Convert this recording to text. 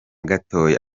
gatoya